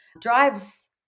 drives